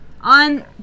On